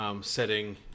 setting